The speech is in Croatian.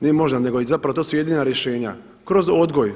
Ne možda, nego i zapravo to su jedina rješenja, kroz odgoj.